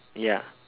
ya